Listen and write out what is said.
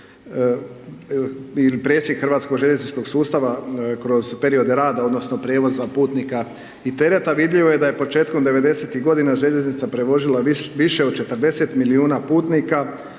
ili presjek hrvatskog željezničkog sustava kroz period rada odnosno prijevoza putnika i tereta. Vidljivo je da je početkom '90.-tih godina željeznica prevozila više od 40 milijuna putnika,